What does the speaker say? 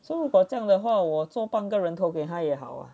so 如果这样的话我做半个头给他也好啊 a